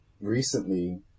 recently